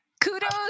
Kudos